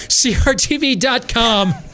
CRTV.com